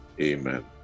Amen